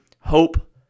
hope